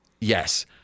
Yes